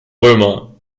römer